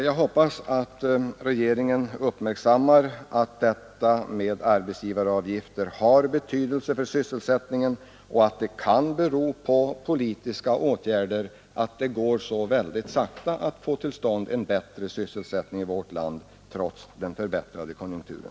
Jag hoppas att regeringen uppmärksammar att arbetsgivaravgifterna har betydelse för sysselsättningen och att det kan bero på politiska åtgärder att det går så sakta att få till stånd en bättre sysselsättning i vårt land trots den förbättrade konjunkturen.